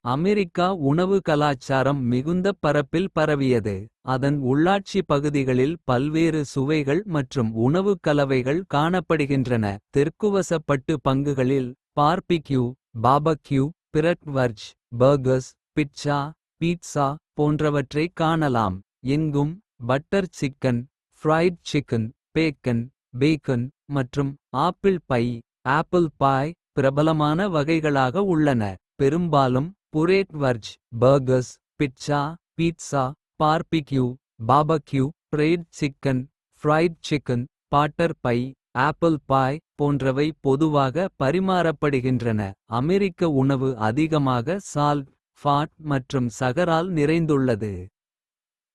அமெரிக்கா உணவு கலாச்சாரம் மிகுந்தப் பரப்பில் பரவியது. அதன் உள்ளாட்சி பகுதிகளில் பல்வேறு சுவைகள். மற்றும் உணவுக் கலவைகள் காணப்படுகின்றன. தெற்குவசப்பட்டு பங்குகளில் பார்பிக்யூ பிரட். வர்ச் பிட்ஸா போன்றவற்றைக் காணலாம். எங்கும் பட்டர் சிக்கன் பேக்கன். மற்றும் ஆப்பிள் பை பிரபலமான வகைகளாக. உள்ளன.பெரும்பாலும் புரேட் வர்ச் pizza. Barbecue fried chicken butter pie. போன்றவை பொதுவாக பரிமாறப்படுகின்றன. அமெரிக்க உணவு அதிகமாக சால்ட். பாட் மற்றும் சகரால் நிறைந்துள்ளது.